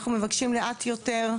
אנחנו מבקשים לאט יותר,